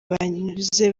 banyuze